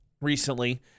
recently